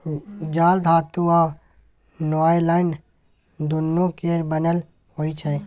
जाल धातु आ नॉयलान दुनु केर बनल होइ छै